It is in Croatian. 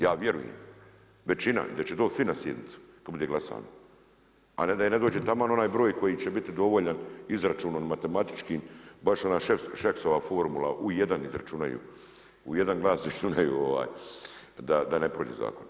Ja vjerujem, većina, da će doći svi na sjednicu tko bude glasao a ne da dođe taman onaj broj koji će biti dovoljan izračunom, matematičkim, baš ona Šeksova formula u jedan izračunaju, u jedan glas izračunaju da ne prođe zakon.